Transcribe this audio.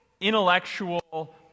intellectual